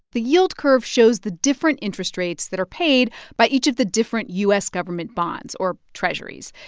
the yield curve shows the different interest rates that are paid by each of the different u s. government bonds or treasurys.